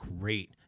great